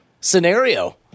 scenario